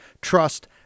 trust